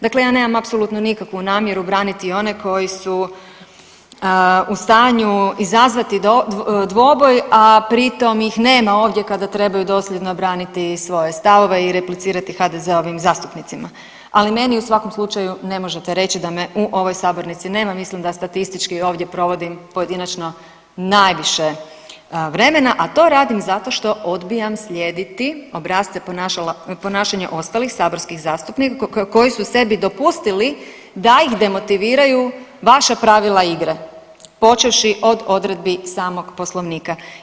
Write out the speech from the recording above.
Dakle ja nemam apsolutno nikakvu namjeru braniti one koji su u stanju izazvati dvoboj, a pritom ih nema ovdje kada trebaju dosljedno braniti svoje stavove i replicirati HDZ-ovim zastupnicima, ali meni u svakom slučaju ne možete reći da me u ovoj sabornici nema, mislim da statistički ovdje provodim pojedinačno najviše vremena, a to radim zato što odbijam slijediti obrasce ponašanja ostalih saborskih zastupnika koji su sebi dopustili da ih demotiviraju vaša pravila igre počevši od odredbi samog Poslovnika.